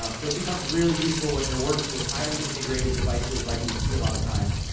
um so it becomes really useful when you're working with highly integrated devices, like we see a lot of times,